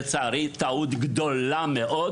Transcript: לצערי זו הייתה טעות גדולה מאוד.